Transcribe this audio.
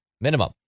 minimum